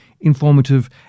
informative